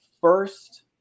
first